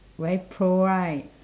very pro right